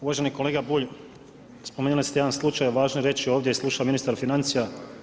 Uvaženi kolega Bulj, spomenuli ste jedan slučaj a važno je reći ovdje i slušam ministra financija.